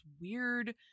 weird